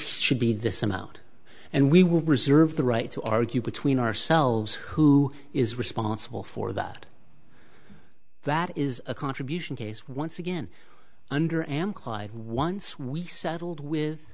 should be this amount and we will reserve the right to argue between ourselves who is responsible for that that is a contribution case once again under am clyde once we settled with